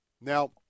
Now